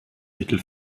mittel